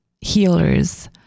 healers